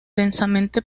densamente